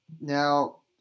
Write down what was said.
Now